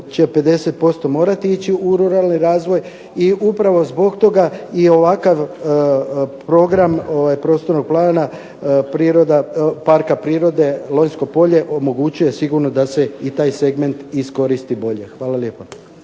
će 50% morati ići u ruralni razvoj. I upravo zbog toga i ovakav program prostornog plana Parka prirode Lonjsko polje omogućuje sigurno da se i taj segment iskoristi bolje. Hvala lijepa.